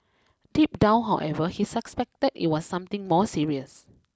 deep down however he suspected it was something more serious